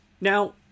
Now